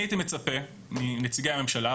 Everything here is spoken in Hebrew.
אני הייתי מצפה מנציגי הממשלה,